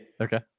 Okay